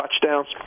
touchdowns